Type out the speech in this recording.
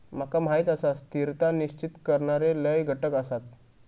माका माहीत आसा, स्थिरता निश्चित करणारे लय घटक आसत